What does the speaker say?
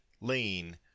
lean